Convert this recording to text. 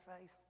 faith